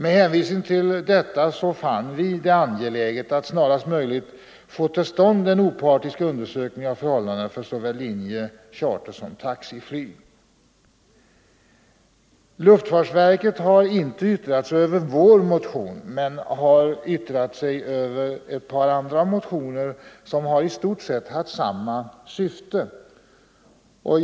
Med hänvisning till detta har vi funnit det angeläget att snarast möjligt få till stånd en opartisk undersökning av förhållandena för linje-, charteroch taxiflyg. Luftfartsverket har inte yttrat sig över vår motion men verket har yttrat sig över ett par andra motioner som har haft i stort sett samma syfte.